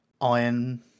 Iron